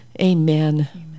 Amen